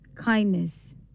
Kindness